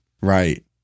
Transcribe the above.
Right